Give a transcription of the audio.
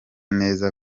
neza